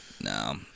No